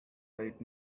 right